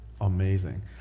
Amazing